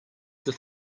that